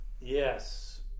Yes